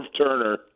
Turner